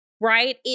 right